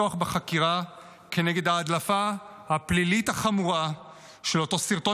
לפתוח בחקירה של ההדלפה הפלילית החמורה של אותו סרטון